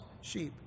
sheep